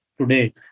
today